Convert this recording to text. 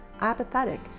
apathetic